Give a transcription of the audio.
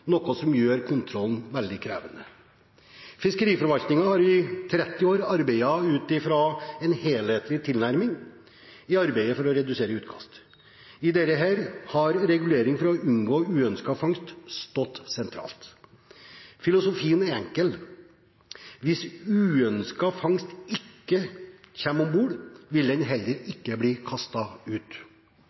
noe som gjør kontrollen veldig krevende. Fiskeriforvaltningen har i 30 år arbeidet ut fra en helhetlig tilnærming i arbeidet for å redusere utkast. I dette har regulering for å unngå uønsket fangst stått sentralt. Filosofien er enkel: Hvis uønsket fangst ikke kommer om bord, vil den heller ikke bli kastet ut.